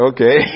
Okay